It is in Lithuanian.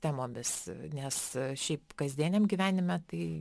temomis nes šiaip kasdieniam gyvenime tai